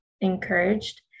encouraged